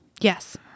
Yes